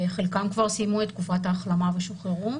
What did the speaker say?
חלקם כבר סיימו את תקופת ההחלמה ושוחררו.